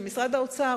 של משרד האוצר,